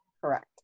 Correct